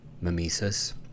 mimesis